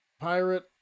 pirate